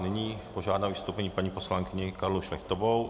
Nyní požádám o vystoupení paní poslankyni Karlu Šlechtovou.